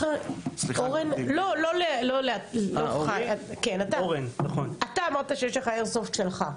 אורן, אתה אמרת שיש לך איירסופט שלך.